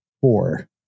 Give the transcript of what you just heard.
four